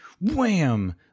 Wham